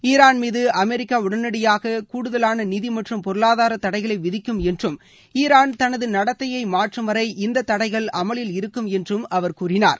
ஈராள் மீது அமெரிக்கா உடனடியாக கூடுதலான நிதி மற்றும் பொருளாதார தடைகளை விதிக்கும் என்று ஈரான் தனது நடத்தையை மாற்றும் வரை இந்த தடைகள் அமலில் இருக்கும் என்றும் அவர் கூறினார்